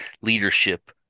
leadership